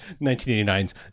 1989's